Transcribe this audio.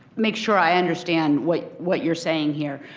make sure i understand what what you are saying here,